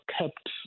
kept